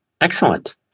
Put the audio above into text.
excellent